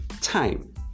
time